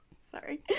Sorry